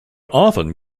often